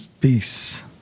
Peace